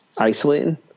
isolating